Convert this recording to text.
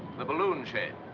the balloon shed.